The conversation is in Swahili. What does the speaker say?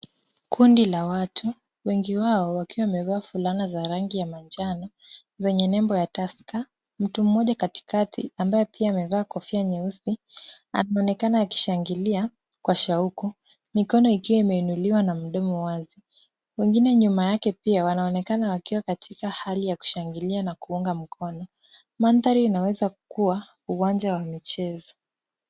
Kundi la watu wengi wao wakiwa wamevaa fulana za rangi ya manjano zenye nembo ya tusker, mtu mmoja katikati ambaye pia amevaa kofia nyeusi anaonekana akishangilia kwa shauku mikono ikiwa imeinuliwa na mdomo wazi ,wengine pia nyuma yake wanaonekana kushangilia na kuunga mkono ,mandhari inaeza kua uwanja wa michezo .